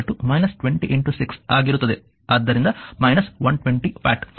ಆದ್ದರಿಂದ 120 ವ್ಯಾಟ್ ಅದು ವಿದ್ಯುತ್ ಸರಬರಾಜು ಆಗಿರುತ್ತದೆ